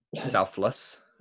selfless